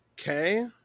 okay